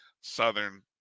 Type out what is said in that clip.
Southern